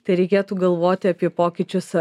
tai reikėtų galvoti apie pokyčius